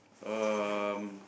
um